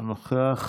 אינו נוכח,